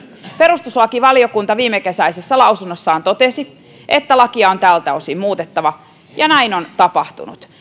perustuslakivaliokunta viimekesäisessä lausunnossaan totesi että lakia on tältä osin muutettava ja näin on tapahtunut